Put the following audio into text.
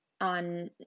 on